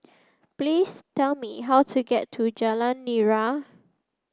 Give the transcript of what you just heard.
please tell me how to get to Jalan Nira